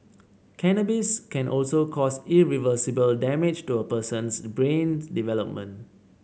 cannabis can also cause irreversible damage to a person's brain development